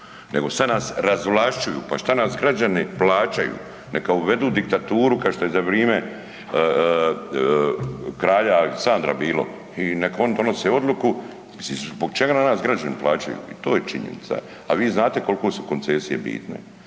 nego sad nas razvlašćuju. Pa šta nas građani plaćaju? Neka uvedu diktaturu kao što je za vrijeme kralja Aleksandra bilo i nek oni donose odluku, zbog čega nas građani plaćaju i to je činjenica a vi znate kolike su koncesije bitne,